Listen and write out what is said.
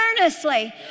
earnestly